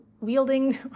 wielding